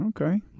Okay